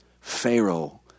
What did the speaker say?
Pharaoh